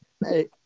Hey